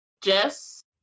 Jess